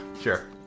sure